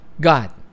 God